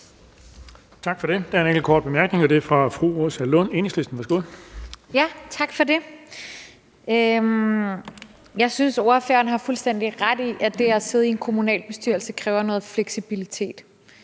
Tak for det. Der er en kort bemærkning, og det er fra fru Rosa Lund, Enhedslisten. Værsgo. Kl. 20:35 Rosa Lund (EL): Tak for det. Jeg synes, ordføreren har fuldstændig ret i, at det at sidde i en kommunalbestyrelse kræver noget fleksibilitet,